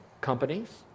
companies